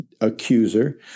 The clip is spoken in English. accuser